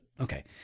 Okay